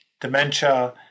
dementia